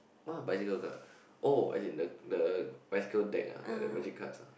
what a bicycle card oh as in the the bicycle deck ah like the bicycle cards ah